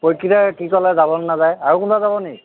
পৰিক্ষিতে কি ক'লে যাব নে নাযায় আৰু কোনাবা যাব নেকি